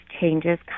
changes